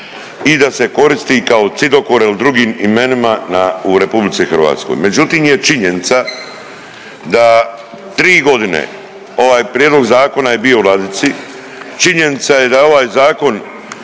i da se koristi kao Cidokor ili drugim imenima u RH. Međutim je činjenica da 3 godine ovaj Prijedlog zakona je bio u ladici, činjenica je da je ovaj Zakon